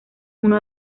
uno